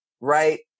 right